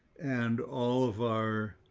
and all of our